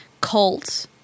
Cult